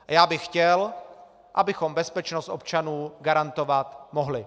A já bych chtěl, abychom bezpečnost občanů garantovat mohli.